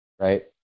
right